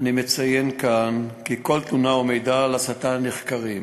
אני מציין כאן כי כל תלונה או מידע על הסתה נחקרים.